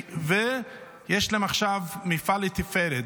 ויש להם עכשיו מפעל לתפארת,